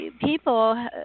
people